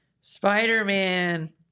spider-man